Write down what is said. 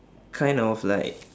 kind of like